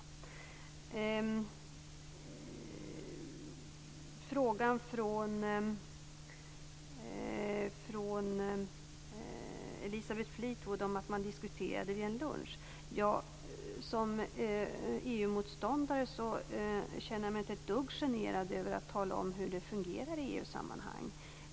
Sedan vill jag ta upp frågan från Elisabeth Fleetwood om att man diskuterade vid en lunch. Som EU motståndare känner jag mig inte ett dugg generad av att tala om hur det fungerar i EU-sammanhang.